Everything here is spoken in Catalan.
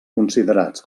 considerats